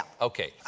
Okay